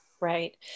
Right